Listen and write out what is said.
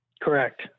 Correct